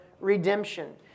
redemption